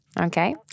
Okay